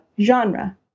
genre